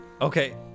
Okay